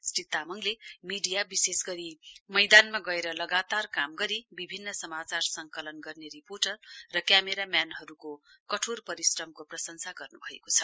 श्री तामाङले मीडिया विशेष गरी मैदानमा गएर लगातार काम गरी विभिन्न समाचार सङ्कलन गर्ने रिपोर्टर र क्यामेराम्यानहरुको कठोर परिश्रामको प्रशंसा गर्नुभएको छ